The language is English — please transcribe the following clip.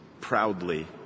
proudly